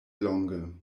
longe